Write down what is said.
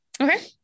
Okay